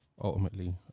ultimately